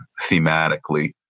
thematically